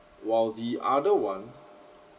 while the other one